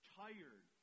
tired